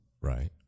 Right